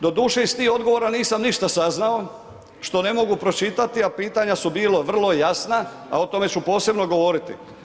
Doduše, iz tih odgovora nisam ništa saznao što ne mogu pročitati, a pitanja su bila vrlo jasna, a o tome ću posebno govoriti.